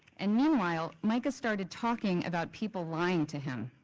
and meanwhile, mica started talking about people lying to him.